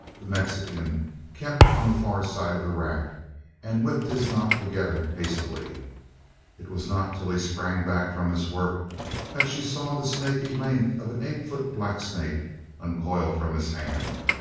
the mexican kept on the far side of the rack and whipped his knot together hastily it was not till he sprang back from his work that she saw the snaky length of an eight foot blacksnake uncoil from his hand.